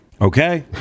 okay